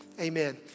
amen